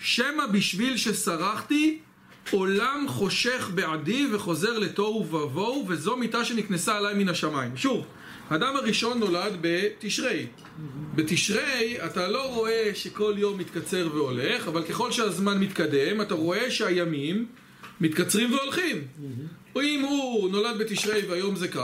שמא בשביל שסרחתי עולם חושך בעדי וחוזר לתוהו ובוהו וזו מיטה שניקנסה עליי מן השמיים שוב האדם הראשון נולד בתשרי בתשרי אתה לא רואה שכל יום מתקצר והולך אבל ככל שהזמן מתקדם אתה רואה שהימים מתקצרים והולכים אם הוא נולד בתשרי והיום זה ככה